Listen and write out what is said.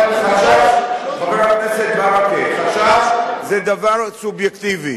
חבר הכנסת ברכה, חשש זה דבר סובייקטיבי,